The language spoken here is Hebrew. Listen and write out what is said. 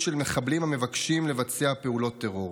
של מחבלים המבקשים לבצע פעולות טרור.